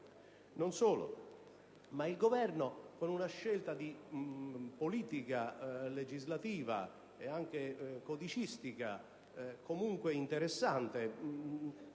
Non solo: il Governo, con una scelta di politica legislativa e anche codicistica comunque interessante,